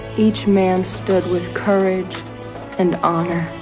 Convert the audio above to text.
each man stood with courage and honor.